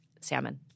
salmon